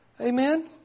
Amen